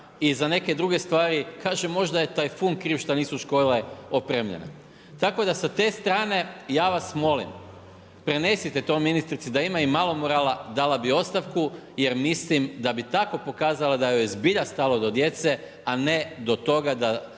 i za neke druge stvari. Kaže, možda je tajfun kriv što nisu škole opremljene. Tako da sa te strane ja vas molim, prenesite to ministrici, da ima i malo morala dala bi ostavku jer mislim da bi tako pokazala da joj je zbilja stalo do djece, a ne do toga da